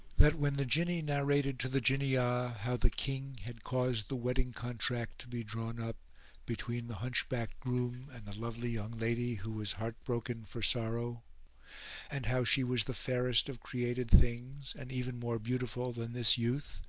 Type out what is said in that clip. that when the jinni narrated to the jinniyah how the king had caused the wedding contract to be drawn up between the hunchbacked groom and the lovely young lady who was heart-broken for sorrow and how she was the fairest of created things and even more beautiful than this youth,